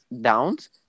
downs